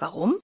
warum